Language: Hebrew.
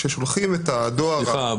ששולחים את הדואר --- סליחה,